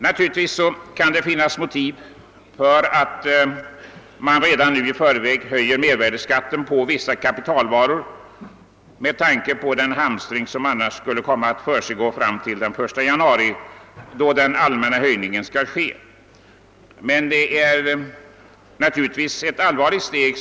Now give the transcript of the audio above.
Naturligtvis kan det finnas motiv för att redan i förväg höja mervärdeskatten för vissa kapitalvaror, med tanke på den hamstring som annars kan befaras fram till den 1 januari 1971, då den allmänna höjningen skall träda i kraft.